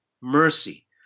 mercy